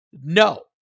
No